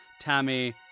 Tammy